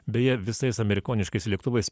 beje visais amerikoniškais lėktuvais